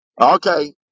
Okay